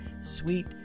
sweet